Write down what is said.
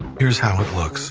and here's how it looks